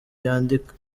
yandika